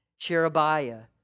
Cherubiah